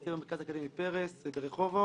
מרצה במרכז האקדמי פרס ברחובות.